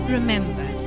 Remember